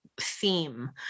theme